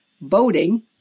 boating